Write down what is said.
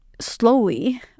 slowly